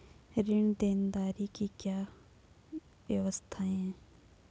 ऋण देनदारी की क्या क्या व्यवस्थाएँ हैं?